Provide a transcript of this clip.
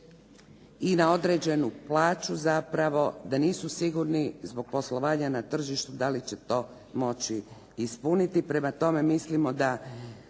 i na određenu plaću zapravo da nisu sigurni zbog poslovanja na tržištu da li će to moći ispuniti. Prema tome, mislimo da